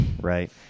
right